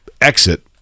exit